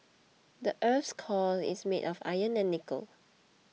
the earth's core is made of iron and nickel